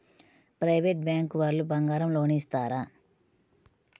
Private bank వాళ్ళు బంగారం loan ఇస్తారా?